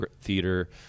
Theater